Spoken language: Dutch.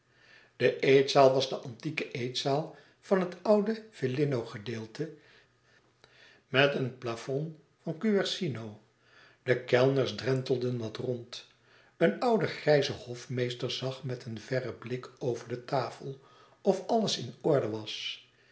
de eetzaal was de antieke eetzaal van het oude villino gedeelte met een plafond van guercino de kellners drentelden wat rond een oude grijze hofmeester zag met een verren blik over de tafel of alles in orde was